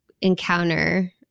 encounter